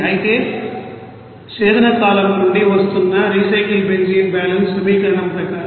అయితే స్వేదన కాలమ్ నుండి వస్తున్న రీసైకిల్ బెంజీన్ బ్యాలెన్స్ సమీకరణం ప్రకారం 189